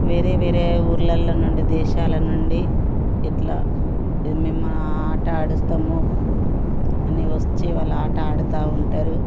వేరే వేరే ఊర్లల్ల నుండి దేశాల నుండి ఇట్లా ఏం మేము ఆట అడిస్తాము అని వచ్చి వాళ్ళ ఆట ఆడుతూ ఉంటారు